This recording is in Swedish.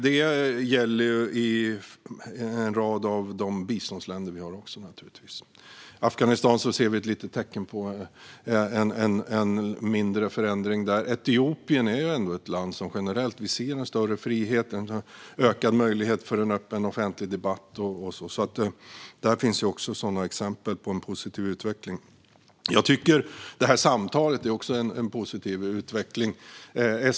Det gäller naturligtvis också i en rad av våra biståndsländer. I Afghanistan ser vi ett litet tecken på en mindre förändring. I Etiopien ser vi generellt en större frihet och en ökad möjlighet för en öppen offentlig debatt. Det finns alltså också exempel på positiv utveckling. Det här samtalet tycker jag också visar på en positiv utveckling.